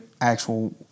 actual